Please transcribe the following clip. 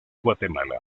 guatemala